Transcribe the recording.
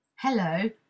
hello